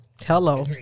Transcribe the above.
hello